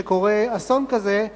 כשקורה אסון כזה,